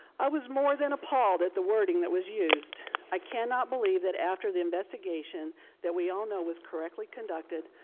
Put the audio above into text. i was more than appalled at the wording that was used. i cannot believe that after the investigation that we all know was correctly conducted,